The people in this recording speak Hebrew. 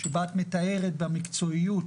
בה את מתארת, במקצועיות